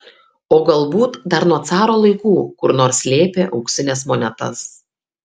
o galbūt dar nuo caro laikų kur nors slėpė auksines monetas